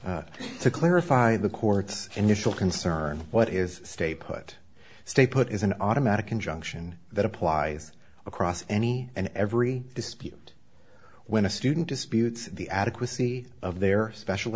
to clarify the court's initial concern what is stay put stay put is an automatic injunction that applies across any and every dispute when a student disputes the adequacy of their special